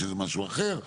שזה משהו אחר,